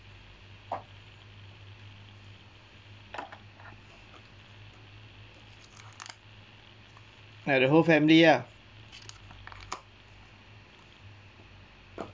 like the whole family ah ya